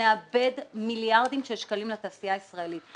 נאבד מיליארדים של שקלים לתעשייה הישראלית.